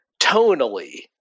Tonally